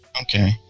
Okay